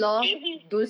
crazy